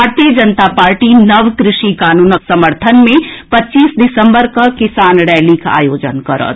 भारतीय जनता पार्टी नव कृषि कानूनक समर्थन मे पच्चीस दिसंबर कऽ किसान रैलीक आयोजन करत